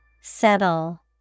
Settle